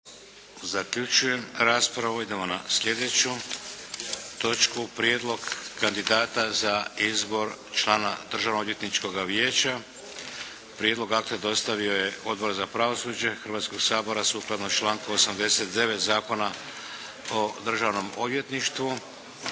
Vladimir (HDZ)** Idemo na sljedeću točku. - Prijedlog kandidata za izbor člana Državnoodvjetničkoga vijeća Prijedlog akta dostavio je Odbor za pravosuđe Hrvatskoga sabora, sukladno članku 89. Zakona o Državnom odvjetništvu.